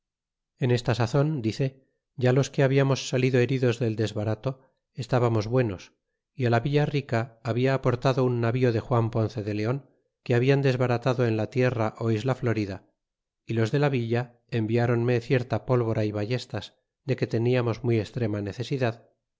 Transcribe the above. en esta sazon dice ya los que baldamos salido heridos del desbarato estabamos buenos y la villa rica habla aportado un navio de juan ronce de leo que hablan desbaratado en la tierra isla florida y tos de la v illa caviarourne cierta pólvora y bailes tas de que teniamos muy extrema necesidad